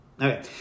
Okay